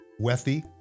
wethy